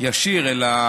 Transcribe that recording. ישיר אלא